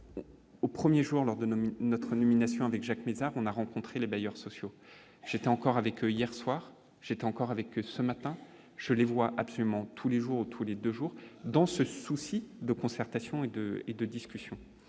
Au 1er jour lors de nommer notre nomination avec Jacques Mézard, on a rencontré les bailleurs sociaux, j'étais encore avec, hier soir, j'étais encore avec ce matin, je les vois absolument tous les jours ou tous les 2 jours, dans ce souci de concertation et de et de discussions,